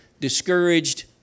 discouraged